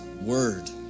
Word